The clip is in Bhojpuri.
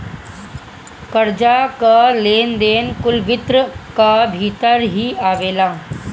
कर्जा कअ लेन देन कुल वित्त कअ भितर ही आवेला